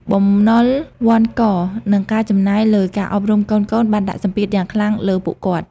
បំណុលវ័ណ្ឌក និងការចំណាយលើការអប់រំកូនៗបានដាក់សម្ពាធយ៉ាងខ្លាំងលើពួកគាត់។